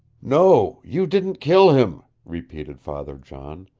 no, you didn't kill him, repeated father john.